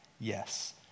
yes